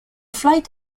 flight